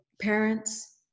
parents